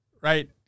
right